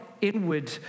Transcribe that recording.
inward